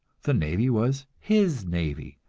the navy was his navy,